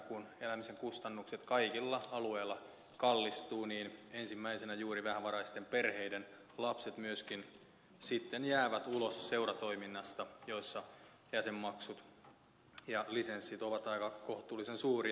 kun elämisen kustannukset kaikilla alueilla kallistuvat niin ensimmäisenä juuri vähävaraisten perheiden lapset myöskin sitten jäävät ulos seuratoiminnasta jossa jäsenmaksut ja lisenssit ovat aika kohtuullisen suuria